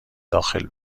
داخل